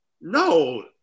No